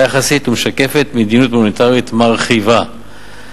יחסית ומשקפת מדיניות מוניטרית מרחיבה.